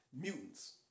Mutants